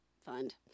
Fund